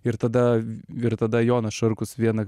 ir tada ir tada jonas šarkus vieną